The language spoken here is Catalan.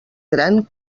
gran